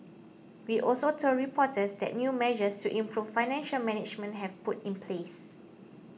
he also told reporters that new measures to improve financial management have put in place